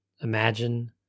Imagine